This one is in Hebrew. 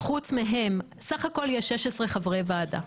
בסך הכול יש 16 חברי ועדה.